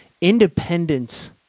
independence